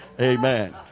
Amen